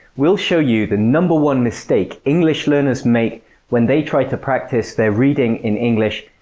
we'll show you the number one mistake english learners make when they try to practice their reading in english,